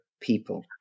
people